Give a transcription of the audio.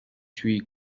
شویی